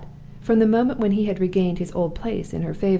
from the moment when he had regained his old place in her favor,